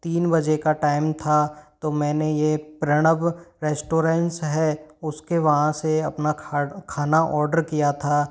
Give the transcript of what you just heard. तीन बजे का टाइम था तो मैंने ये प्रणव रेस्टोरेंट्स है उसके वहाँ से अपना खाना ओडर किया था